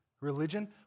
religion